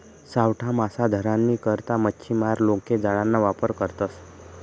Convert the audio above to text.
सावठा मासा धरानी करता मच्छीमार लोके जाळाना वापर करतसं